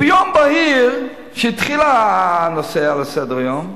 ביום בהיר, כשהתחיל הנושא להיות על סדר-היום,